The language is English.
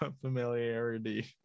familiarity